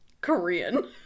Korean